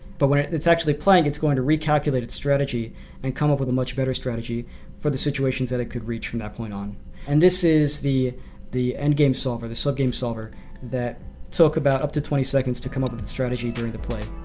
but when it's actually playing, it's going to recalculate its strategy and come up with a much better strategy for the situations that it could reach that point on and this is the the end game software, the sub-game software that took about up to twenty seconds to come up with its strategy during the play.